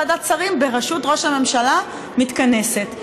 ועדת שרים בראשות ראש הממשלה מתכנסת.